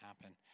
happen